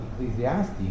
Ecclesiastes